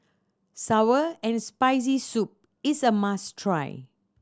sour and Spicy Soup is a must try